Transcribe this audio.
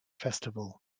festival